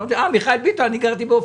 אמרתי: אני גרתי באופקים,